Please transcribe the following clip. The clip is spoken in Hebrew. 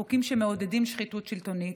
חוקים שמעודדים שחיתות שלטונית,